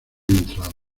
entrado